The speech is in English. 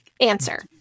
Answer